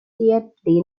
immediately